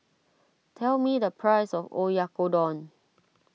tell me the price of Oyakodon